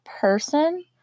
person